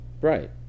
Right